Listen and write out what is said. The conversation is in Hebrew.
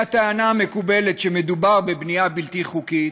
מהטענה המקובלת שמדובר בבנייה בלתי חוקית,